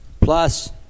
plus